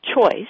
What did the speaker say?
choice